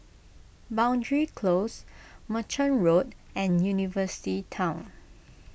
Boundary Close Merchant Road and University Town